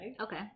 Okay